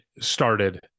started